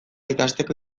ikasteko